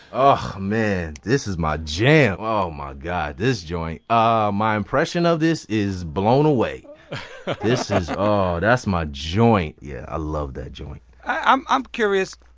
oh, man, this is my jam. oh, my god, this joint. ah my impression of this is blown away this is oh, that's my joint, yeah. i love that joint i'm i'm curious.